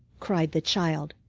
cried the child,